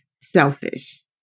selfish